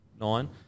nine